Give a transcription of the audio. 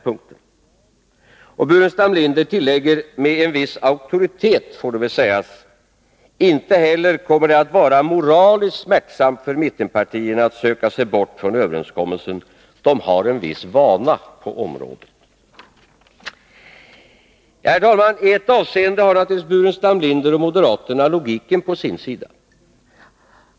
Och Staffan Burenstam Linder tillägger, med en viss auktoritet, får det väl sägas: ”Inte heller kommer det att vara moraliskt smärtsamt för mittenpartierna att söka sig bort från överenskommelsen. De har en viss vana på området.” Herr talman! I ett avseende har naturligtvis Staffan Burenstam Linder och moderaterna logiken på sin sida.